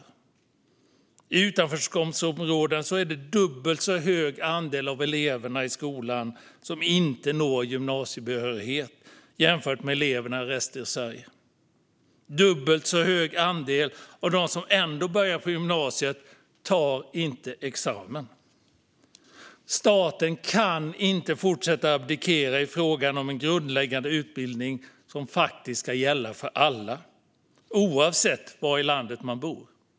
I utanförskapsområden är det dubbelt så hög andel elever som inte når gymnasiebehörighet än bland elever i resten av Sverige och dubbelt så hög andel av dem som ändå börjar gymnasiet som inte tar examen. Staten kan inte abdikera i frågan om en grundläggande utbildning som ska gälla för alla, oavsett var i landet man bor.